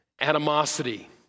animosity